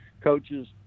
coaches